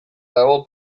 dago